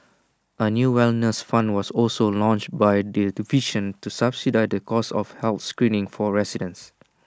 A new wellness fund was also launched by the division to subsidise the cost of health screenings for residents